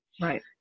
Right